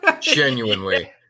Genuinely